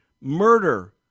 Murder